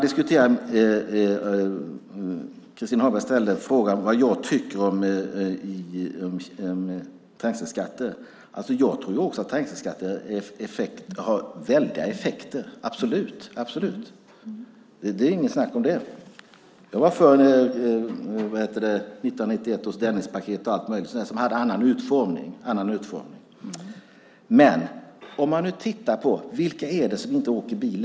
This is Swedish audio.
Christin Hagberg frågade vad jag tycker om trängselskatter. Också jag tror att de har väldiga effekter - absolut; det är inget snack om det. Jag var för 1991 års Dennispaket och allt möjligt sådant som hade en annan utformning. Man kan titta på vilka de är som inte längre åker bil.